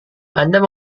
anda